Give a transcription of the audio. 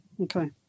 Okay